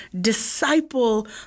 disciple